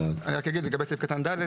לגבי סעיף קטן (ד),